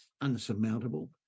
unsurmountable